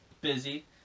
busy